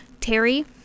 terry